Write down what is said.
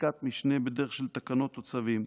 חקיקת משנה בדרך של תקנות וצווים,